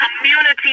community